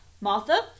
Martha